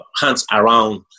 hands-around